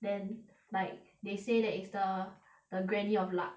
then like they say that it's the the granny of luck